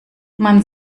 man